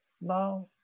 Now